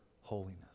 holiness